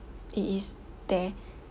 it is there